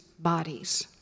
Bodies